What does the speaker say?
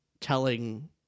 telling